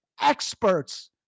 experts